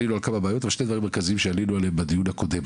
עלינו על כמה בעיות אבל יש שני דברים מרכזיים עליהם עלינו בדיון הקודם.